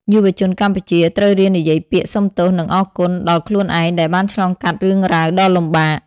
យុវជនកម្ពុជាត្រូវរៀននិយាយពាក្យ "សុំទោស" និង "អរគុណ" ដល់ខ្លួនឯងដែលបានឆ្លងកាត់រឿងរ៉ាវដ៏លំបាក។